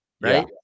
right